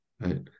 right